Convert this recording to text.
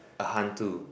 a hantu